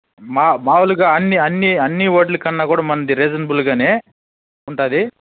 మా మామూలుగా అన్నీ అన్నీ అన్నీ వాటికన్నా కూడా మనది రీజన్బుల్గానే ఉంటుంది